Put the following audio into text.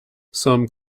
some